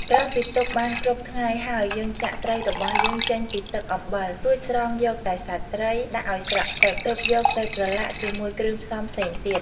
ក្រោយពីទុកបានគ្រប់ថ្ងៃហើយ យើងចាក់ត្រីរបស់យើងចេញពីទឹកអំបិល រួចស្រង់យកតែសាច់ត្រី ដាក់ឱ្យស្រក់ទឹក ទើបយកទៅប្រឡាក់ជាមួយគ្រឿងផ្សំផ្សេងទៀត។